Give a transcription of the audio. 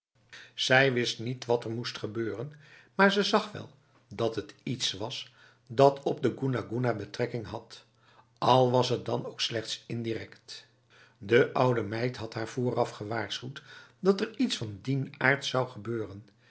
zij wist niet wat er moest gebeuren maar ze zag wel dat het iets was dat op de goena goena betrekking had al was het dan ook slechts indirect de oude meid had haar vooraf gewaarschuwd dat er iets van dien aard zou gebeuren